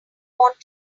want